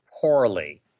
poorly